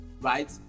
Right